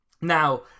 Now